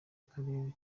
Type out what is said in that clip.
akarere